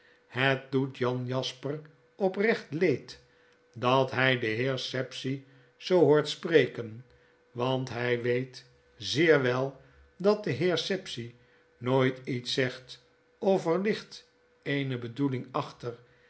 het doet jan jasper oprecht leed dat hij den heer sapsea zoo hoort spreken want hij weet zeer wel dat de heer sapsea nooit iets zegt of er ligt eene bedoeling